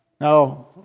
Now